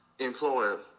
employer